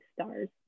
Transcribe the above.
stars